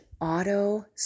auto